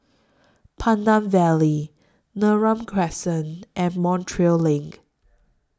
Pandan Valley Neram Crescent and Montreal LINK